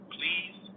Please